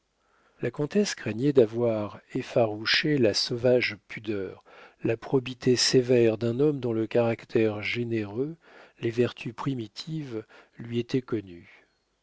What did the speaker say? la comtesse craignait d'avoir effarouché la sauvage pudeur la probité sévère d'un homme dont le caractère généreux les vertus primitives lui étaient connus